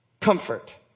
comfort